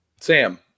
Sam